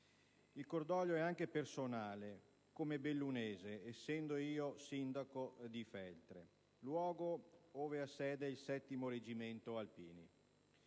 Il cordoglio è anche personale, come bellunese, essendo sindaco di Feltre, luogo dove ha sede il 7° Reggimento Alpini.